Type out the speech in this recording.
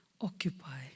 occupy